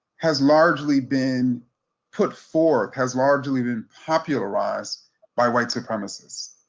has largely been put forth, has largely been popularized by white supremacist.